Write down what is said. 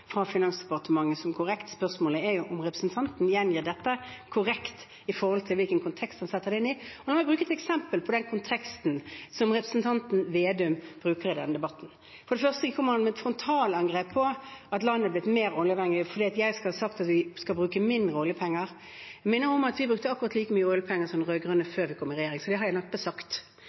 fra Finansdepartementet, og som er korrekte. Spørsmålet er om representanten gjengir dette korrekt med tanke på hvilken kontekst han setter det inn i. La meg ta et eksempel på den konteksten som representanten Slagsvold Vedum bruker i denne debatten. For det første går han til frontalangrep på at landet er blitt mer oljeavhengig fordi jeg skal ha sagt at vi skal bruke mindre oljepenger – jeg minner om at vi brukte akkurat like mye oljepenger som de rød-grønne før vi kom i regjering, så det har jeg neppe sagt.